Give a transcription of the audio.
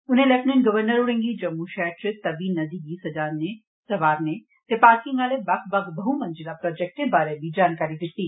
उनें lieutenant governor होरें'गी जम्मू शैहरा च तवी नदी गी सजाने संवारने ते पार्किंग आहले बक्ख बक्ख बह् मंजिला प्रोजेक्टे बारै बी जानकारी दित्ती